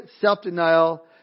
self-denial